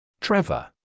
Trevor